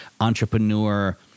entrepreneur